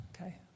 Okay